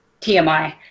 TMI